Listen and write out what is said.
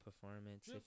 performance